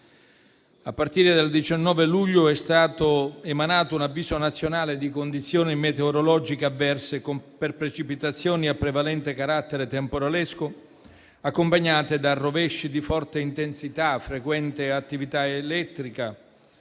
A partire dal 19 luglio è stato emanato un avviso nazionale di condizioni meteorologiche avverse per precipitazioni a prevalente carattere temporalesco accompagnate da rovesci di forte intensità, frequente attività elettrica,